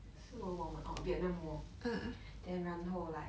是 world war one oh Vietnam war then 然后 like